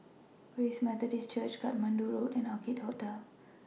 Grace Methodist Church Katmandu Road and Orchid Hotel